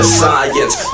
science